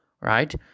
right